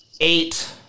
eight